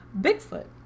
Bigfoot